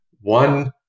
one